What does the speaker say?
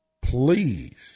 Please